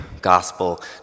gospel